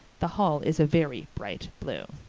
the hall is a very bright blue